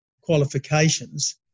qualifications